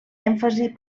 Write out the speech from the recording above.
èmfasi